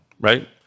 right